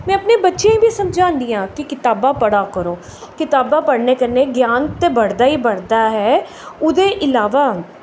में अपने बच्चेंआ गी बी समझान्नी आं कि कताबां पढ़ा करो कताबां पढ़ने कन्नै ज्ञान ते बढ़दा गै बढ़दा ऐ ओह्दे इलावा